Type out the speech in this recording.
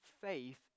faith